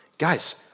Guys